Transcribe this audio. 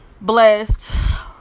blessed